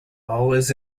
always